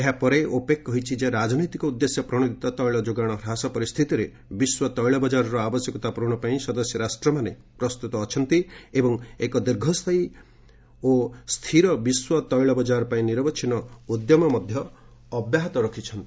ଏହାପରେ ଓପେକ୍ କହିଛି ଯେ ରାଜନୈତିକ ଉଦ୍ଦେଶ୍ୟ ପ୍ରଣୋଦିତ ତୈଳ ଯୋଗାଣ ହ୍ରାସ ପରିସ୍ଥିତିରେ ବିଶ୍ୱ ତେିଳ ବଜାରର ଆବଶ୍ୟକତା ପୂରଣ ପାଇଁ ସଦସ୍ୟ ରାଷ୍ଟ୍ରମାନେ ପ୍ରସ୍ତୁତ ଅଛନ୍ତି ଏବଂ ଏକ ଦୀର୍ଘସ୍ଥାୟୀ ଏବଂ ସ୍ଥିର ବିଶ୍ୱ ତେିଳ ବଜାର ପାଇଁ ନିରବଚ୍ଛିନ୍ନ ଉଦ୍ୟମ ଅବ୍ୟାହତ ରହିବ